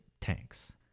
tanks